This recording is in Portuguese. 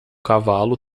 cavalo